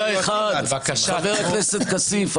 חבר הכנסת כסיף,